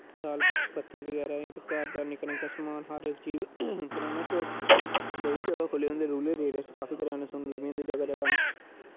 दाल पत्ती बगैरा जेह्ड़े घर दा निक्का निक्का समान हर इक चीज करैना स्टोर बड़े जैदा खुह्ल्ले दे होंदे रुरल एरिया च काफी करैना स्टोर लब्भी जंदे जगह् जगह्